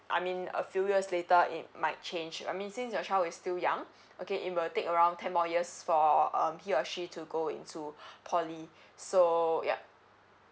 I mean a few years later it might change I mean since your child is still young okay it will take around ten more years for um he or she to go into poly so yup